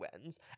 wins